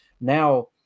Now